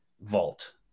vault